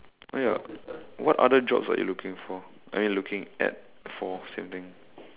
oh ya what other jobs are you looking for I mean looking at for same thing